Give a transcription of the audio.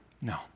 No